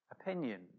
opinion